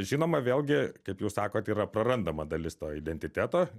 žinoma vėlgi kaip jūs sakot yra prarandama dalis to identiteto